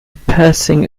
passing